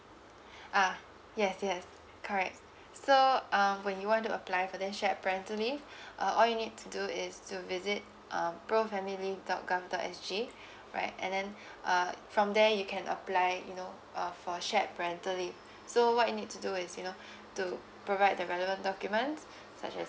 uh yes yes correct so uh when you want to apply for the shared parental leave uh all you need to do is to visit um pro family dot com dot s g right and then uh from there you can apply you know uh for shared parental leave so what you need to do is you know to provide the relevant documents such as